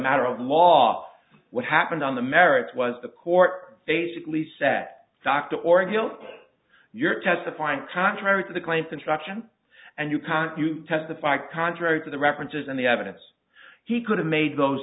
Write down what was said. matter of law what happened on the merits was the court basically set dr or guilty you're testifying contrary to the claim contraction and you can't you testify contrary to the references and the evidence he could have made those